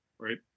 Right